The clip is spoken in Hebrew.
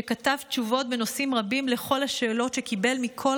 וכתב תשובות בנושאים רבים על כל השאלות שקיבל מכל